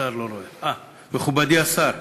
שר אני לא רואה, אה, מכובדי השר,